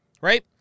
Right